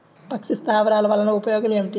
పక్షి స్థావరాలు వలన ఉపయోగం ఏమిటి?